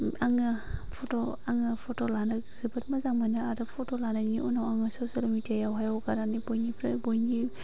आङो फट' आङो फट' लानो जोबोद मोजां मोनो आरो फट' लानायनि उनाव आङो ससेल मेदिया यावहाय हगारनानै बयनिफ्राय बयनि